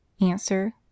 Answer